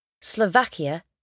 Slovakia